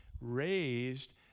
raised